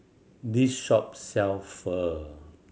this shop sell Pho